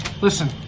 Listen